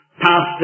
pastor